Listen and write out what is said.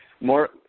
more